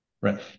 Right